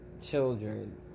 Children